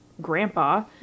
Grandpa